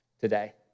today